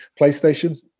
PlayStation